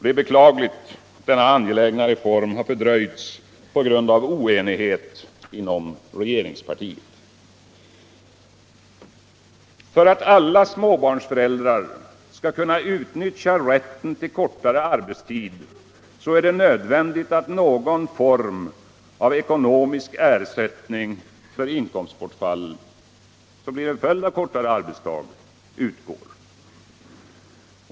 Det är beklagligt att denna angelägna reform har fördröjts på grund av oenighet inom regeringspartiet. För att alla småbarnsföräldrar skall kunna utnyttja rätten till kortare arbetstid är det nödvändigt att någon form av ekonomisk ersättning för inkomstbortfall, som blir följden av kortare arbetsdag, utgår.